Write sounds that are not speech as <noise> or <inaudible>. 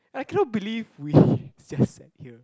I cannot believe we <breath> just sat here